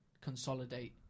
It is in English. consolidate